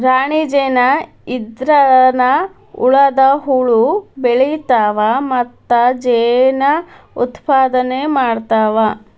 ರಾಣಿ ಜೇನ ಇದ್ರನ ಉಳದ ಹುಳು ಬೆಳಿತಾವ ಮತ್ತ ಜೇನ ಉತ್ಪಾದನೆ ಮಾಡ್ತಾವ